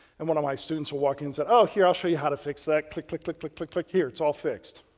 and one of my students will walk in and say, oh here i'll show you how to fix that, click, click, click, click, click click here, it's all fixed.